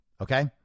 Okay